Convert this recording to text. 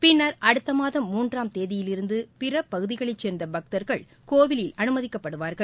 பின்னா் அடுத்த மாதம் மூன்றாம் தேதியிலிருந்து பிற பகுதிகளைச் சேர்ந்த பக்தர்கள் கோவிலில் அமைதிக்கப்படுவார்கள்